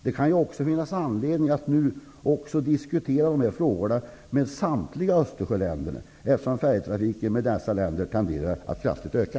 Det kan också finnas anledning att nu diskutera dessa frågor med samtliga Östersjöländer, eftersom färjetrafiken med dessa länder tenderar att kraftigt öka.